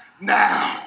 Now